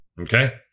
okay